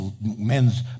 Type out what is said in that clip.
men's